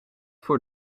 voor